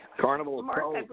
Carnival